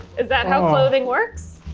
is that how clothing works?